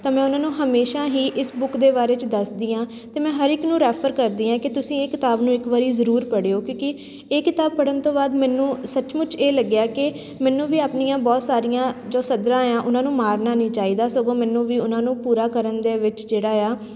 ਤਾਂ ਮੈਂ ਉਹਨਾਂ ਨੂੰ ਹਮੇਸ਼ਾ ਹੀ ਇਸ ਬੁੱਕ ਦੇ ਬਾਰੇ 'ਚ ਦੱਸਦੀ ਹਾਂ ਅਤੇ ਮੈਂ ਹਰ ਇੱਕ ਨੂੰ ਰੈਫਰ ਕਰਦੀ ਹਾਂ ਕਿ ਤੁਸੀਂ ਇਹ ਕਿਤਾਬ ਨੂੰ ਇੱਕ ਵਾਰੀ ਜ਼ਰੂਰ ਪੜਿਓ ਕਿਉਂਕਿ ਇਹ ਕਿਤਾਬ ਪੜ੍ਹਨ ਤੋਂ ਬਾਅਦ ਮੈਨੂੰ ਸੱਚਮੁੱਚ ਇਹ ਲੱਗਿਆ ਕਿ ਮੈਨੂੰ ਵੀ ਆਪਣੀਆਂ ਬਹੁਤ ਸਾਰੀਆਂ ਜੋ ਸੱਧਰਾਂ ਆ ਉਹਨਾਂ ਨੂੰ ਮਾਰਨਾ ਨਹੀਂ ਚਾਹੀਦਾ ਸਗੋਂ ਮੈਨੂੰ ਵੀ ਉਹਨਾਂ ਨੂੰ ਪੂਰਾ ਕਰਨ ਦੇ ਵਿੱਚ ਜਿਹੜਾ ਆ